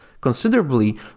considerably